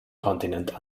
kontinent